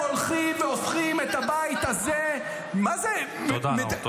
אתם הולכים והופכים את הבית הזה --- תודה, נאור.